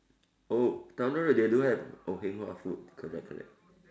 oh Towner road they don't have oh heng hua food correct correct